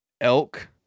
elk